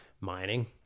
mining